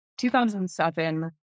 2007